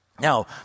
Now